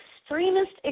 extremist